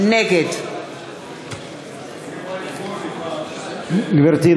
נגד גברתי,